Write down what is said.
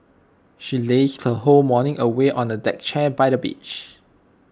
she lazed her whole morning away on A deck chair by the beach